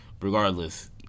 regardless